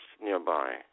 nearby